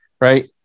right